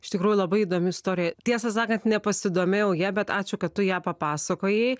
iš tikrųjų labai įdomi istorija tiesą sakant nepasidomėjau ja bet ačiū kad tu ją papasakojai